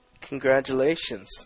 Congratulations